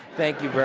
thank you very